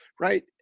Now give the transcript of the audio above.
right